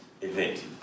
event